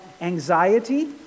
anxiety